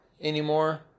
anymore